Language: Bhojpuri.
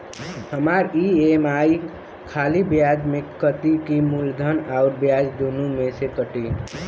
हमार ई.एम.आई खाली ब्याज में कती की मूलधन अउर ब्याज दोनों में से कटी?